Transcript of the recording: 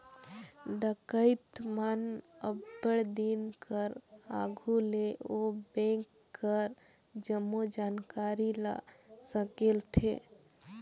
डकइत मन अब्बड़ दिन कर आघु ले ओ बेंक कर जम्मो जानकारी ल संकेलथें